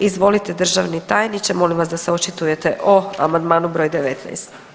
Izvolite državni tajniče molim vas da se očitujete o amandmanu broj 19.